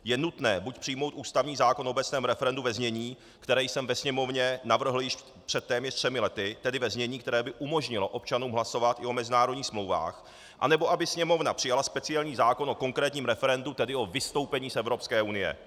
Je nutné buď přijmout ústavní zákon o obecném referendu ve znění, které jsem ve Sněmovně navrhl před téměř třemi lety, tedy ve znění, které by umožnilo občanům hlasovat o mezinárodních smlouvách, anebo aby Sněmovna přijala speciální zákon o konkrétním referendu, tedy o vystoupení z Evropské unie.